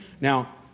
Now